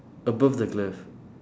above the glove